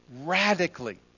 radically